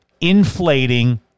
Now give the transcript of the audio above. inflating